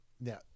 Now